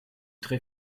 très